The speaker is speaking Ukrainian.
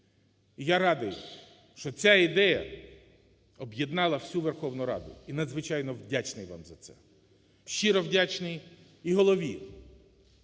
я радий, що ця ідея об'єднала всю Верховну Раду, і надзвичайно вдячний вам за це. Щиро вдячний і Голові,